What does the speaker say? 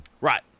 right